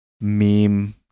meme